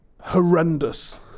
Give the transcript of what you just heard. horrendous